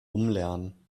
umlernen